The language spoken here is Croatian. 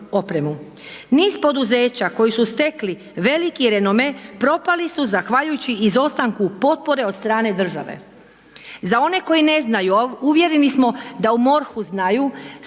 Niz poduzeća koji su stekli veliki renome propali su zahvaljujući izostanku potpore od strane države, za one koji ne znaju uvjereni smo da u MORH-u znaju